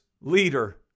leader